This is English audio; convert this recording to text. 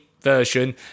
version